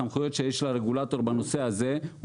הסמכויות שיש לרגולטור בנושא הזה היא